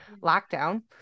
lockdown